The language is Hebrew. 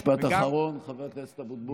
משפט אחרון, חבר הכנסת אבוטבול.